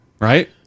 Right